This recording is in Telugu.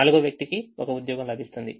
నాల్గవ వ్యక్తికి ఒక ఉద్యోగం లభిస్తుంది